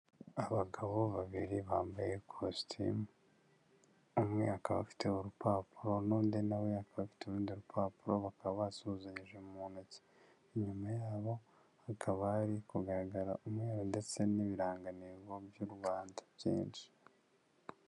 Abagabo babiri bambaye kositimu, umwe akaba afite urupapuro, n'undi na we akaba afite urundi rupapuro, bakaba basuhuzuzanyije mu ntoki. Inyuma yabo hakaba hari kugaragara umweru ndetse n'ibirangango by'u Rwanda, byinshi.